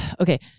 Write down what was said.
okay